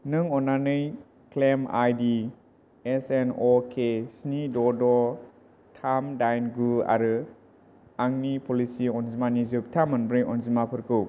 नों अन्नानै claim ID S N अके स्नि द' द' थाम दाइन गु आरो आंनि पलिसि अनजिमानि जोबथा मोनब्रै अनजिमाफोरखौ